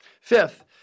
Fifth